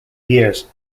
years